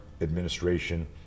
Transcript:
administration